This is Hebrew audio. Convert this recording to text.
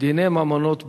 דיני ממונות בשלושה,